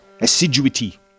Assiduity